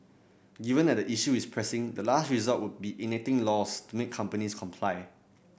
given that the issue is pressing the last resort would be enacting laws to make companies comply